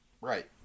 Right